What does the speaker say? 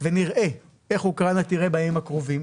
ונראה איך אוקראינה תיראה בימים הקרובים,